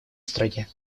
стране